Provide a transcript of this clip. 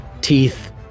Teeth